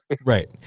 Right